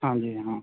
ਹਾਂਜੀ ਹਾਂ